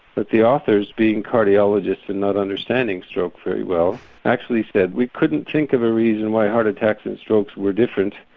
but the authors being cardiologists and not understanding stroke very well actually said we couldn't think of a reason why heart attacks and strokes were different,